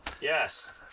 Yes